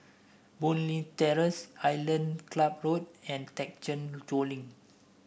Boon Leat Terrace Island Club Road and Thekchen Choling